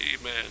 Amen